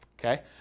okay